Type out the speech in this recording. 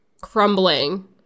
crumbling